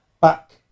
back